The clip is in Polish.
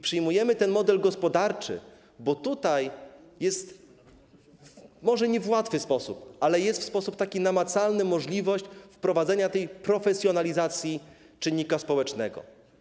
Przyjmujemy ten model gospodarczy, bo tutaj może nie w łatwy sposób, ale w sposób taki namacalny jest możliwość wprowadzenia tej profesjonalizacji czynnika społecznego.